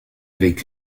avec